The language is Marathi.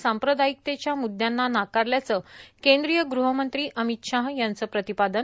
सांप्रदायिकतेच्या मुदयांना नाकारल्याचं केंद्रीय गृह मंत्री अमित शाह यांचं प्रतिपादन